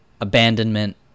abandonment